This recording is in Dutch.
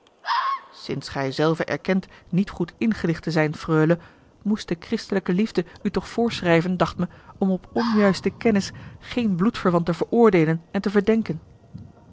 sinds gij zelve erkent niet goed ingelicht te zijn freule moest de christelijke liefde u toch voorschrijven dacht me om op onjuiste kennis geen bloedverwant te veroordeelen en te verdenken